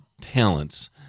talents